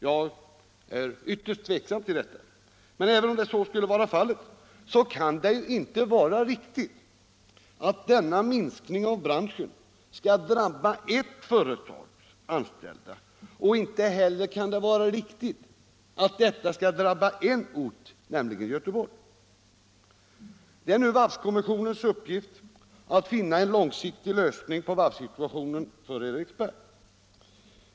Jag är ytterst tveksam till den uppgiften, men även om så skulle vara fallet kan det ju inte vara riktigt att denna minskning av branschen skall drabba ert företags anställda och inte heller kan det vara riktigt att detta skall drabba en ort, nämligen Göteborg. Det är nu varvskommissionens uppgift att finna en långsiktig lösning på varvssituationen för Eriksberg.